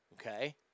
Okay